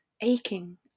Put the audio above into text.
Aching